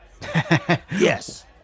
Yes